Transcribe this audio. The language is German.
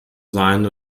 sein